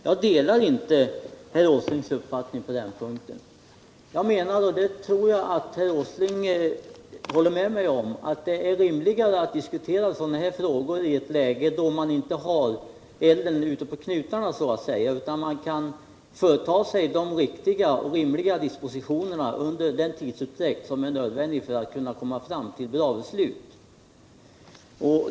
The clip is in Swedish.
Jag delar inte herr Åslings uppfattning på den punkten. Jag menar — och jag tror att herr Åsling håller med mig om det att det är rimligt att diskutera frågorna i ett läge då det inte brinner i knutarna, så 125 att säga, utan då man kan företa riktiga och rimliga dispositioner med den tidsåtgång som är nödvändig för att komma fram till bra beslut.